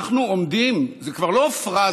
אנחנו עומדים, זה כבר לא פרזה,